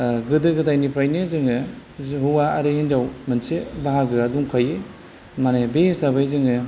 गोदो गोदायनिफ्रायनो जोङो हौवा आरो हिन्जाव मोनसे बाहागोआ दंखायो माने बे हिसाबै जोङो